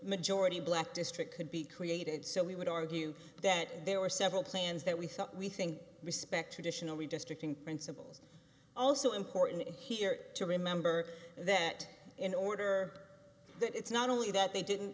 majority black district could be created so we would argue that there were several plans that we thought we think respect traditional redistricting principles also important here to remember that in order that it's not only that they didn't